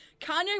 Kanye